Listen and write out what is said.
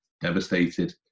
devastated